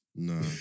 No